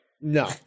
no